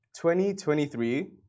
2023